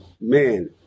Man